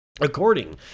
According